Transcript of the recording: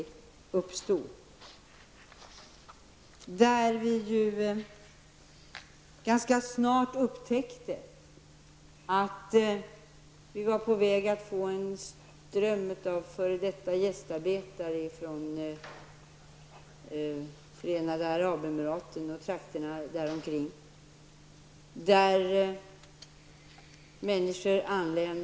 Vi upptäckte ganska snart att vi var på väg att få en ström av f.d. gästarbetare från Förenade Arabemiraten och trakterna där omkring.